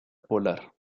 polar